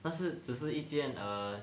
但是只是一件 err